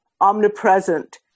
omnipresent